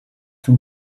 two